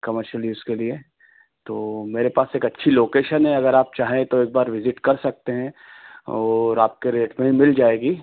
commercial use के लिए तो मेरे पास एक अच्छी लोकेशन है अगर आप चाहें तो एक बार विज़िट कर सकते हैं और आपके रेट में ही मिल जाएगी